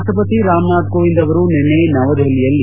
ರಾಷ್ಷಪತಿ ರಾಮನಾಥ್ ಕೋವಿಂದ್ ಅವರು ನಿನ್ನೆ ನವದೆಹಲಿಯಲ್ಲಿ